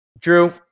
Drew